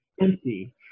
empty